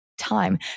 time